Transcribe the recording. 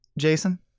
jason